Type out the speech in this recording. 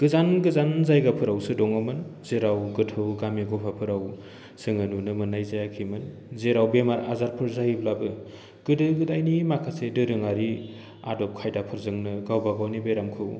गोजान गोजान जायगाफोरावसो दङमोन जेराव गोथौ गामि गफाफोराव जोङो नुनो मोन्नाय जायाखैमोन जेराव बेमार आजारफोर जायोब्लाबो गोदो गोदायनि माखासे दोरोङारि आदब खायदाफोरजोंनो गावबा गावनि बेरामखौ